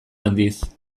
handiz